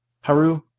Haru